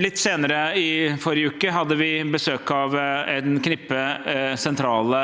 Litt senere i forrige uke hadde vi besøk av et knippe sentrale